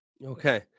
Okay